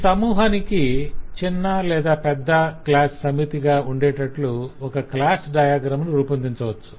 ఈ సమూహానికి చిన్న లేదా పెద్ద క్లాసు సమితిగా ఉండేట్లు - ఒక క్లాసు డయాగ్రమ్ ను రూపొందించవచ్చు